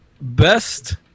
Best